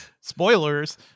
Spoilers